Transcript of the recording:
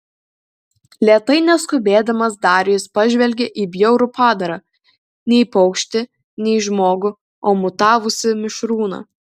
lėtai neskubėdamas darijus pažvelgė į bjaurų padarą nei paukštį nei žmogų o mutavusį mišrūną